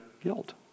guilt